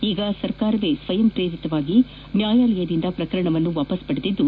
ಈಗ ಸರ್ಕಾರವೇ ಸ್ವಯಂ ಪ್ರೇರಿತವಾಗಿ ನ್ಯಾಯಾಲಯದಿಂದ ಪ್ರಕರಣವನ್ನು ಹಿಂದಕ್ಷೆ ಪಡೆದಿದ್ದು